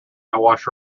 awash